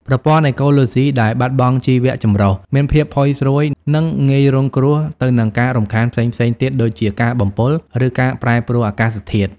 ប្រព័ន្ធអេកូឡូស៊ីដែលបាត់បង់ជីវៈចម្រុះ មានភាពផុយស្រួយ និងងាយរងគ្រោះទៅនឹងការរំខានផ្សេងៗទៀតដូចជាការបំពុល ឬការប្រែប្រួលអាកាសធាតុ។